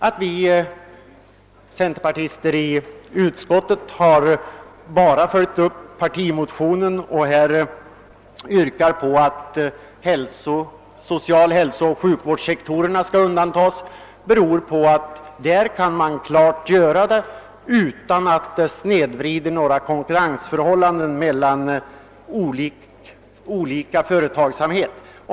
Att vi centerpartister inom utskottet har följt partimotionen och yrkat att social-, hälsooch sjukvårdsektorerna skall undantas beror på att beträffande de sistnämnda kan undantag göras utan att konkurrensförhållandena mellan olika företagsamhet snedvrids.